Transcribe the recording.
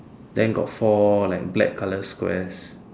then got four like black colour squares